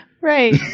Right